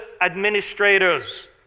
administrators